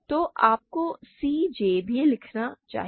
तो आपको c j भी लिखना चाहिए